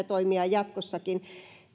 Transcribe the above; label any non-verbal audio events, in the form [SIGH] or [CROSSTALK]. [UNINTELLIGIBLE] toimia jatkossakin